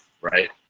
right